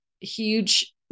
huge